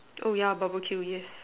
oh yeah barbecue yes